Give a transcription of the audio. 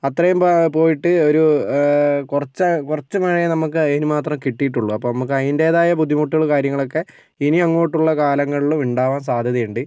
അത്രയും പോ പോയിട്ട് ഒരു കുറച്ചെ കുറച്ച് മഴയേ നമുക്ക് അതിനു മാത്രമേ കിട്ടിയിട്ടുള്ളൂ അപ്പോൾ അതിന്റേതായ ബുദ്ധിമുട്ടുകളും കാര്യങ്ങളൊക്കെ ഇനിയങ്ങോട്ടുള്ള കാലങ്ങളിൽ ഉണ്ടാകാൻ സാദ്ധ്യതയുണ്ട്